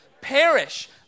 Perish